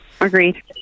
Agreed